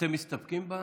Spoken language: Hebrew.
אתם מסתפקים?